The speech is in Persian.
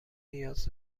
نیاز